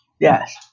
Yes